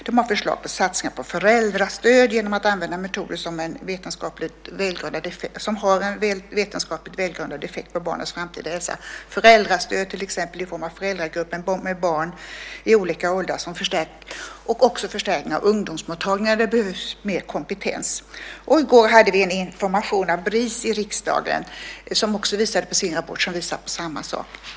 De har förslag på satsningar på föräldrastöd genom att använda metoder som har en vetenskapligt välgrundad effekt på barnets framtida hälsa, till exempel i form av föräldragrupper med barn i olika åldrar. De föreslår också förstärkning av ungdomsmottagningar, där det behövs mer kompetens. I går fick vi i riksdagen också information från Bris, vars rapport visar på samma sak.